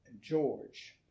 George